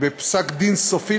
בפסק דין סופי,